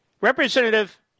Representative